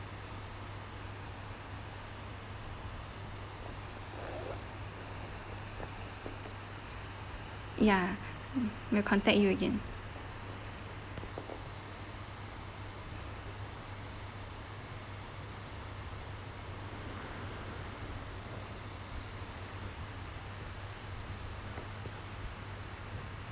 ya we'll contact you again